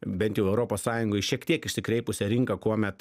bent europos sąjungoj šiek tiek išsikreipusią rinką kuomet